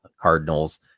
Cardinals